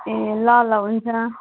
ए ल ल हुन्छ